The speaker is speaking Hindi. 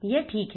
यह ठीक है